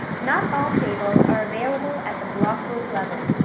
not all tables are available at the block group level,